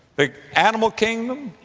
the animal kingdom,